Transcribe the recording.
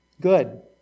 Good